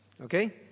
Okay